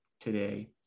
today